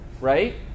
right